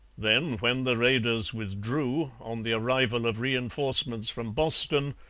then when the raiders withdrew, on the arrival of reinforcements from boston,